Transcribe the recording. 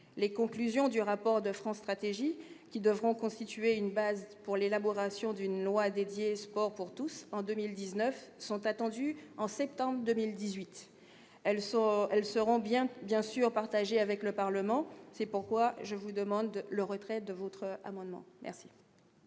les conclusions du rapport de France Stratégie qui devront constituer une base pour l'élaboration d'une loi dédié sport pour tous en 2019 sont attendus en septembre 2018, elles sont, elles, seront bien bien sûr partagé avec le Parlement, c'est pourquoi je vous demande le retrait de votre amendement merci.